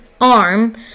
arm